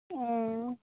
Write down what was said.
ᱚᱻᱻ